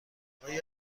آیا